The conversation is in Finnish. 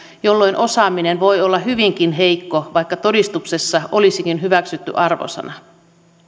jolloin osaaminen voi olla hyvinkin heikko vaikka todistuksessa olisikin hyväksytty arvosana